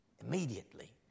Immediately